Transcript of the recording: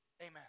Amen